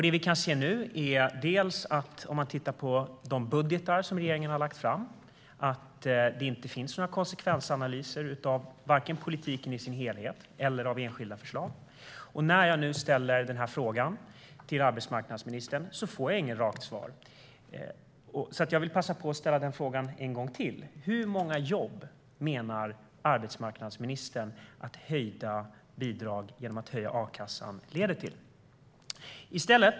Det vi kan se nu, om vi tittar på de budgetar som regeringen har lagt fram, är att det inte finns några konsekvensanalyser vare sig av politiken i dess helhet eller av enskilda förslag, och när jag nu ställer den här frågan till arbetsmarknadsministern får jag inget rakt svar. Jag vill därför passa på att ställa frågan en gång till: Hur många jobb menar arbetsmarknadsministern att höjda bidrag, genom en höjd a-kassa, leder till?